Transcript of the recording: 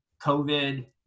COVID